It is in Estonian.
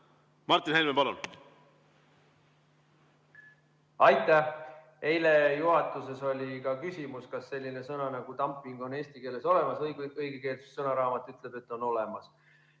Martin Helme, palun! (Kaugühendus)Aitäh! Eile juhatuses oli küsimus, kas selline sõna nagu "dumping" on eesti keeles olemas. Õigekeelsussõnaraamat ütleb, et on. Viimastel